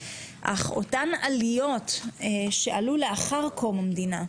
אך העליות שלאחר קום המדינה,